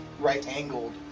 right-angled